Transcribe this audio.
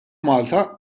malta